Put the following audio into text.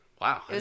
Wow